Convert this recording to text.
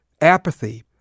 apathy